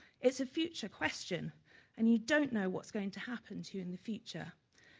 it's a future question and you don't know what's going to happen to you in the future.